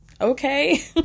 Okay